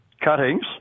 cuttings